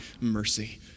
mercy